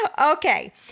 Okay